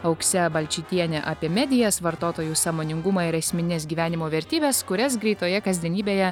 aukse balčytiene apie medijas vartotojų sąmoningumą ir esmines gyvenimo vertybes kurias greitoje kasdienybėje